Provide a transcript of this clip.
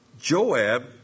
Joab